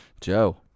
Joe